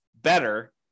better